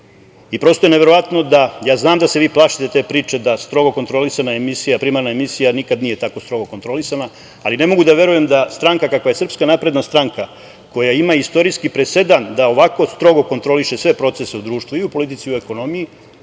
i prosto je neverovatno da, ja znam da se vi plašite te priče, da strogo kontrolisana emisija, primarna emisija nikad nije tako strogo kontrolisana, ali ne mogu da verujem da stranka kakva je SNS koja ima istorijski presedan da ovako strogo kontroliše sve procese u društvu i u politici i u ekonomiji,